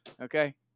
Okay